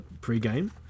pre-game